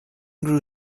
grew